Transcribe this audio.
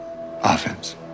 offense